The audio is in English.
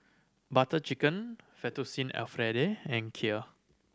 Butter Chicken Fettuccine Alfredo and Kheer